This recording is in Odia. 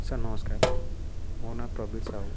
ସାର୍ ନମସ୍କାର ମୋ ନାଁ ପ୍ରବୀର ସାହୁ